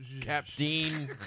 captain